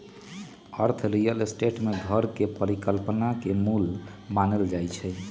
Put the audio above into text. अर्थ real state में घर के परिकल्पना के मूल मानल जाई छई